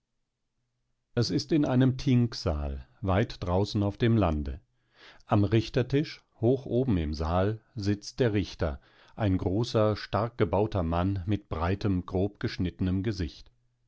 es ist in einem thingsaal weit draußen auf dem lande am richtertisch hoch oben im saal sitzt der richter ein großer stark gebauter mann mit breitem grobgeschnittenem gesicht